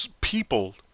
people